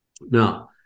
Now